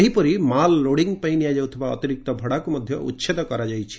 ସେହିପରି ମାଲ୍ ଲୋଡ଼ିଂ ପାଇଁ ନିଆଯାଉଥିବା ଅତିରିକ୍ତ ଭଡ଼ାକୁ ମଧ୍ୟ ଉଚ୍ଛେଦ କରାଯାଇଛି